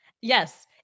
Yes